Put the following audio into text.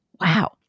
Wow